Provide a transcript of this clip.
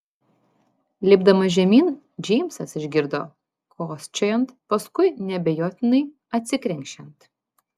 lipdamas žemyn džeimsas išgirdo kosčiojant paskui neabejotinai atsikrenkščiant